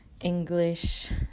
English